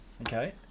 Okay